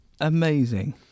Amazing